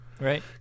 Right